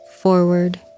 forward